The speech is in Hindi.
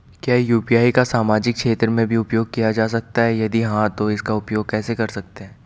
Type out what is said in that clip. क्या यु.पी.आई को सामाजिक क्षेत्र में भी उपयोग किया जा सकता है यदि हाँ तो इसका उपयोग कैसे कर सकते हैं?